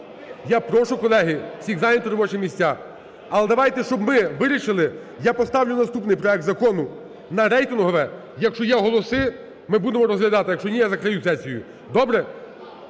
Я прошу, колеги, всіх зайняти робочі місця. Але давайте, щоб ми вирішили, я поставлю наступний проект закону на рейтингове. Якщо є голоси, ми будемо розглядати. Якщо ні, я закрию сесію. Добре?